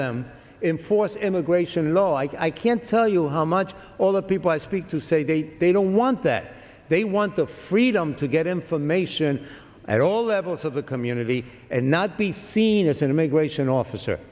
them in force immigration law i can't tell you how much all the people i speak to say they they don't want that they want the freedom to get information at all levels of a community and not be seen as an immigration officer